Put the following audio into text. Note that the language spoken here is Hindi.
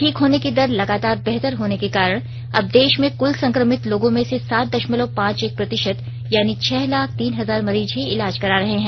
ठीक होने की दर लगातार बेहतर होने के कारण अब देश में कुल संक्रमित लोगों में से सात दशमलव पांच एक प्रतिशत यानी छह लाख तीन हजार मरीज ही इलाज करा रहे हैं